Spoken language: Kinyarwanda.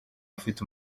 afite